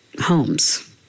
Homes